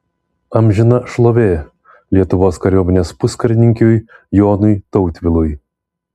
amžina šlovė lietuvos kariuomenės puskarininkiui jonui tautvilui